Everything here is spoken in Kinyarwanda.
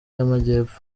y’amajyepfo